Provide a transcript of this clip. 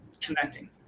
connecting